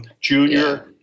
junior